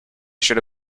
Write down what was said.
should